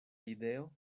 ideo